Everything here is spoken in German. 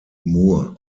mur